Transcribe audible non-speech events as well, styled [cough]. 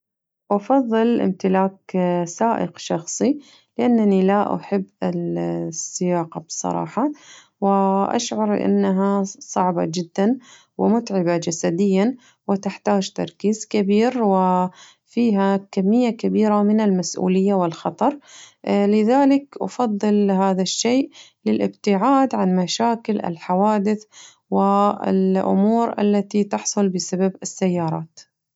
أفضل امتلاك سائق شخصي لأنني لا أحب السياقة بصراحة وأشعر إنها صعبة جداً ومتعبة جسدياً وتحتاج تركيز كبير وفيها كمية كبيرة من المسئولية والخطر [hesitation] لذلك أفضل هذا الشيء للابتعاد عن مشاكل الحوادث والأمور االتي تحصل بسبب السيارات.